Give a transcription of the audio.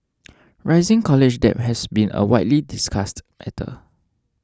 rising college debt has been a widely discussed matter